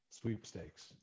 sweepstakes